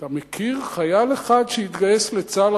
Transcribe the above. אתה מכיר חייל אחד שהתגייס לצה"ל,